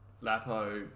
Lapo